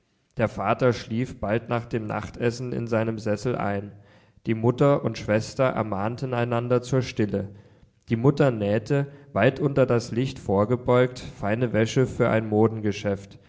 der vater schlief bald nach dem nachtessen in seinem sessel ein die mutter und schwester ermahnten einander zur stille die mutter nähte weit unter das licht vorgebeugt feine wäsche für ein